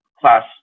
class